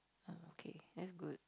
okay that's good